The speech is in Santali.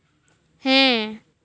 ᱦᱮᱸ